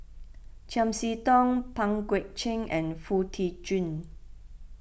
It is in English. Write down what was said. Chiam See Tong Pang Guek Cheng and Foo Tee Jun